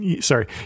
sorry